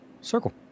Circle